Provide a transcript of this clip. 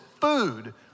food